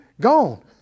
Gone